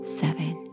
seven